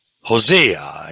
Hosea